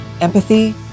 empathy